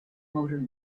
motor